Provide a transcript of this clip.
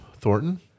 Thornton